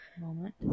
moment